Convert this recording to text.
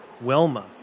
Wilma